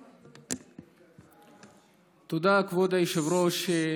תודה, כבוד היושב-ראש.